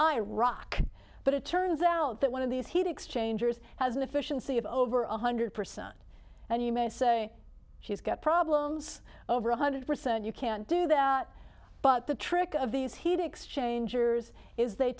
iraq but it turns out that one of these heat exchangers has an efficiency of over one hundred percent and you may say she's got problems over one hundred percent you can't do that but the trick of these heat exchangers is they